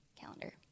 calendar